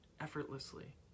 effortlessly